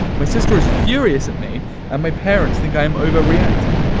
my sister was furious at me and my parents think i'm overreacting.